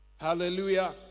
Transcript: Hallelujah